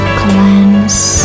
cleanse